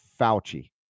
fauci